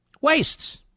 Wastes